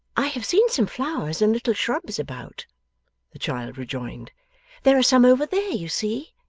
i have seen some flowers and little shrubs about the child rejoined there are some over there, you see.